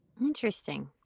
Interesting